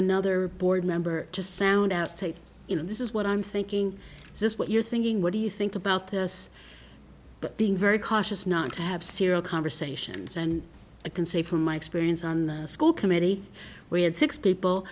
another board member to sound out say you know this is what i'm thinking is this what you're thinking what do you think about this but being very cautious not to have serial conversations and i can say from my experience on the school committee we had six people